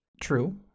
True